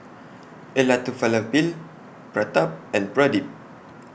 Elattuvalapil Pratap and Pradip